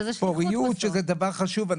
שזה דבר חשוב.